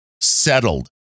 settled